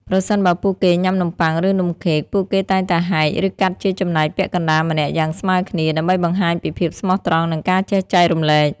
ប្រសិនបើពួកគេញ៉ាំនំប៉័ង ឬនំខេក ពួកគេតែងតែហែក ឬកាត់ជាចំណែកពាក់កណ្ដាលម្នាក់យ៉ាងស្មើគ្នា ដើម្បីបង្ហាញពីភាពស្មោះត្រង់ និងការចេះចែករំលែក។